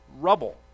rubble